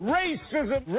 racism